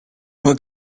what